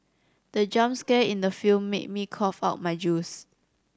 the jump scare in the film made me cough out my juice